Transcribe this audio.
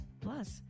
Plus